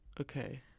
Okay